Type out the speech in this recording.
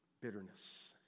bitterness